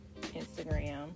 Instagram